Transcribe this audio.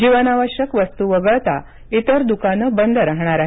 जीवनावश्यक वस्तू वगळता इतर दुकानं बंद राहणार आहेत